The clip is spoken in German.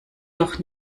doch